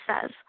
says